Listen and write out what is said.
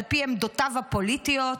על פי עמדותיו הפוליטיות?